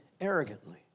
arrogantly